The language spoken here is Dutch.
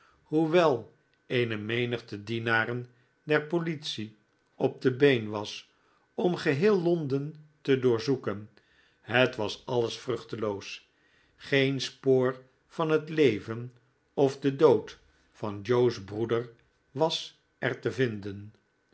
hoewel eene menigte dienaren der politie op de been was om geheel londen te doorzoeken het was alles vruchteloos geen spoor van het leven of den dood van joe's broeder was er te vinden